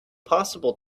possible